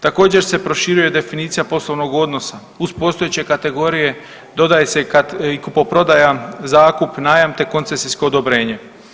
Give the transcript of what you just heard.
Također se proširuje definicija poslovnog odnosa, uz postojeće kategorije, dodaje se i kupoprodaja, zakup, najam te koncesijsko odobrenje.